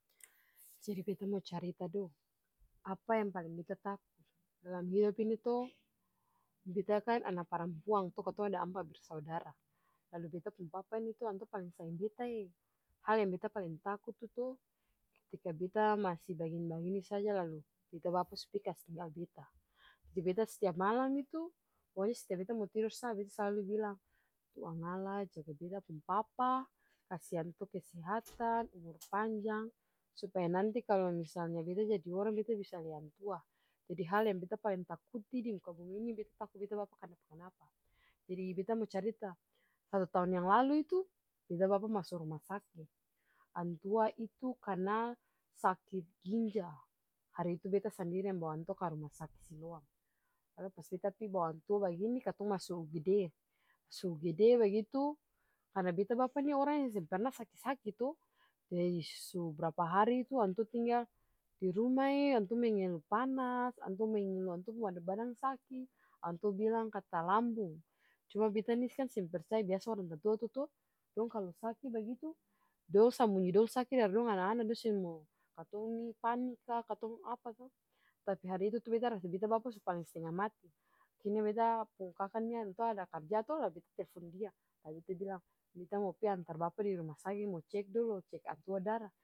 Jadi beta mo carita do apa yang paleng beta taku, dalam hidop ini to betakan ana parampuang to katong ada ampa bersaudara, lalu beta pung papa nih toh antua paleng sayang betae, hal yang paleng beta taku tuh to ketika beta masi bagini-bagini saja lalu beta bapa su pi kastinggal beta, jadi beta setiap malam itu pokonya setiap beta mo tidor sa beta selalu bilang tuangalla jaga beta pung papa, kasi antua kesehatan, umur panjang, supaya nanti misalnya beta jadi orang beta bisa lia antua, jadi hal yang paleng beta takuti dimuka bumi ini beta taku beta bapa kanapa-kanapa. Jadi beta mo carita satu taong yang lalu itu beta bapa maso rumah sakit, antua itu kanal sakit ginjal hari itu beta sandiri yang bawa antua ka rumah sakit siloam, pas beta pi bawa antua bagini katong maso ugd su di ugd bagitu karna beta bapa nih orang yang seng parna saki-saki to jadi su brapa hari itu antua tinggal dirumahe antua mengelu panas, antua mengeluh antua pung badang badang saki, antua bilang kata lambung, cuma beta nih kan seng parcaya biasa orang tatua tu toh dong kalu saki bagitu, dong sambunyi dong saki dari dong ana-ana dong seng mau katong nih panik ka, katong apa toh, tapi hari itu beta rasa beta bapa su paleng stengah mati, akhirnya beta pung kaka ini antua ada karja to lah beta telfon dia, lah beta bilang beta mo pi antar bapa di ruma saki dolo mo cek dolo cek antua dara.